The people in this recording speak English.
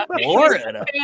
Florida